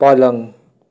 पलङ